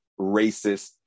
racist